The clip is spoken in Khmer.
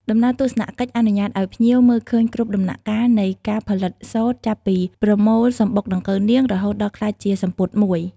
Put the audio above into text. ដំណើរទស្សនកិច្ចអនុញ្ញាតឱ្យភ្ញៀវមើលឃើញគ្រប់ដំណាក់កាលនៃ ការផលិតសូត្រ ចាប់ពីប្រមូលសំបុកដង្កូវនាងរហូតដល់ក្លាយជាសំពត់មួយ។